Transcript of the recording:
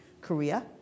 Korea